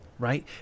right